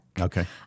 Okay